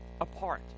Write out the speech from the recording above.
apart